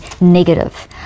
negative